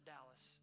Dallas